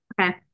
okay